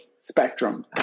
spectrum